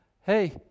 Hey